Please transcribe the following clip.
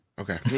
Okay